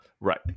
Right